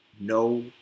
no